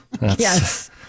Yes